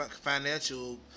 financial